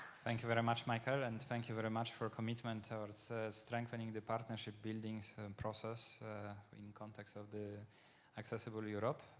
thank you very much, michael. and thank you very much for commitment ah of strengthening the partnership buildings and process in context of the accessible europe.